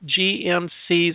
GMC's